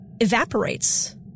evaporates